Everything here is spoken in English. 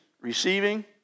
Receiving